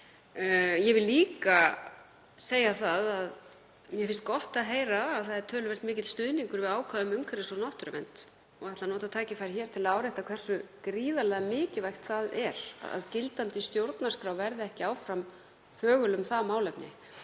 Ég vil líka segja að mér finnst gott að heyra að það er töluvert mikill stuðningur við ákvæði um umhverfis- og náttúruvernd og ætla að nota tækifærið til að árétta hversu gríðarlega mikilvægt það er að gildandi stjórnarskrá verði ekki áfram þögul um það málefni.